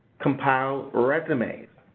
compile resumes.